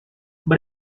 but